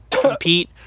compete